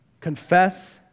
Confess